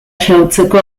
xahutzeko